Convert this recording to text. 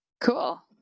Cool